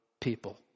people